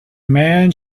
man